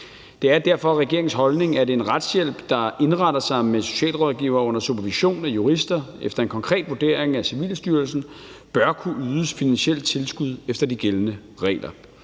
Det er derfor regeringens holdning, at en retshjælp, der indretter sig med socialrådgivere under supervision af jurister efter en konkret vurdering af Civilstyrelsen bør kunne ydes finansielt tilskud efter de gældende regler.